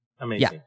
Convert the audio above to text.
Amazing